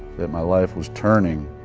that my life was turning